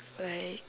like